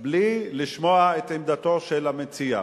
בלי לשמוע את עמדתו של המציע,